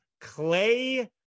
Clay